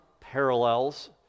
parallels